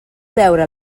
veure